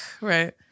right